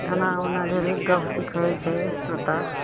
एना ओना ढेरेक गप सीखै छै तोता